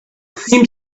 seemed